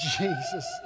Jesus